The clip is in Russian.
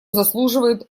заслуживает